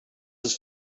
ist